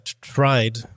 tried